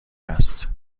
است